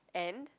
and